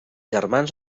germans